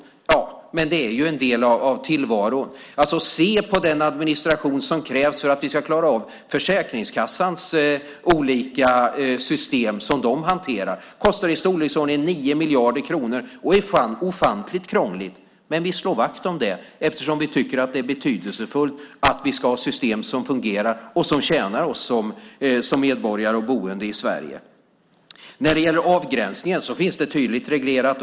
Ja, men det är ju en del av tillvaron. Se på den administration som krävs för att vi ska klara av de olika system som Försäkringskassan hanterar! Det kostar i storleksordningen 9 miljarder kronor och är ofantligt krångligt, men vi slår vakt om det, eftersom vi tycker att det är betydelsefullt att vi ska ha system som fungerar och som tjänar oss som medborgare och boende i Sverige. Sedan gäller det avgränsningar. Det finns tydligt reglerat.